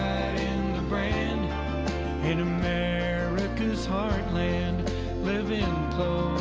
brand in america's heartland living